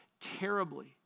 terribly